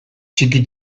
txiki